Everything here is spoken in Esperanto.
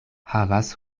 havas